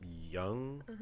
young